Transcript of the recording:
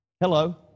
Hello